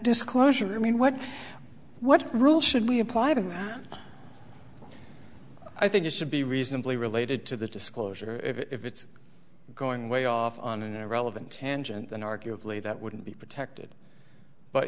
disclosure i mean what what rule should be applied and i think it should be reasonably related to the disclosure if it's going way off on an irrelevant tangent and arguably that wouldn't be protected but